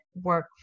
work